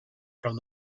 from